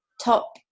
top